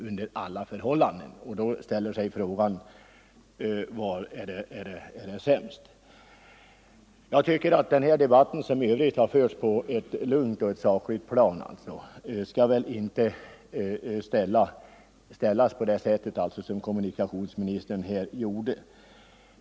Då inställer sig frågan, vilket alternativ som av Bromma är det sämsta. flygplats I den här debatten — som i övrigt har förts på ett lugnt och sakligt plan — tycker jag inte att frågan bör ställas på det sätt som kommunikationsministern nyss gjorde.